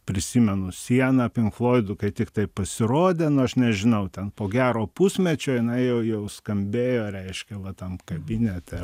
prisimenu sieną pink floidų kai tiktai pasirodė nu aš nežinau ten po gero pusmečio jinai jau jau skambėjo reiškia va tam kabinete